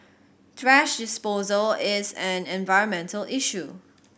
thrash disposal is an environmental issue